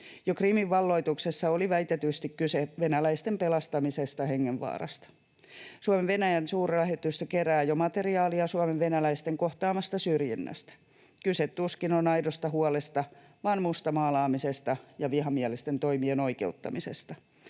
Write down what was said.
Jo Krimin valloituksessa oli väitetysti kyse venäläisten pelastamisesta hengenvaarasta. Suomen Venäjän suurlähetystö kerää jo materiaalia Suomen venäläisten kohtaamasta syrjinnästä. Kyse tuskin on aidosta huolesta, vaan mustamaalaamisesta ja vihamielisten toimien oikeuttamisesta.